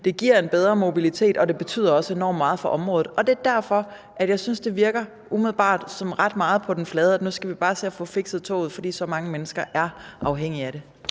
det giver en bedre mobilitet, og det betyder også enormt meget for området. Det er derfor, jeg synes, at det umiddelbart virker, som om det ligger ret meget på den flade hånd, at nu skal vi bare se at få fikset toget, fordi så mange mennesker er afhængige af det.